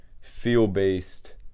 feel-based